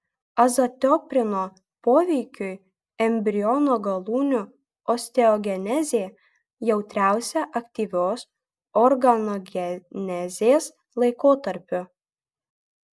azatioprino poveikiui embriono galūnių osteogenezė jautriausia aktyvios organogenezės laikotarpiu